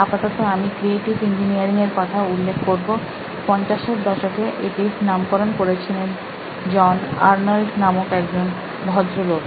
আপাতত আমি creative engineering এর কথা উল্লেখ করব পঞ্চাশের দশকে এটির নামকরণ করেছিলেন জন আর্নল্ড নামক এক ভদ্রলোক